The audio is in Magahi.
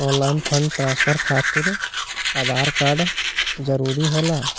ऑनलाइन फंड ट्रांसफर खातिर आधार कार्ड जरूरी होला?